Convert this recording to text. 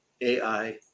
AI